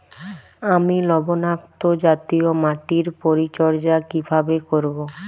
আমি লবণাক্ত জাতীয় মাটির পরিচর্যা কিভাবে করব?